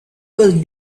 was